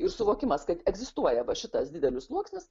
ir suvokimas kad egzistuoja va šitas didelis sluoksnis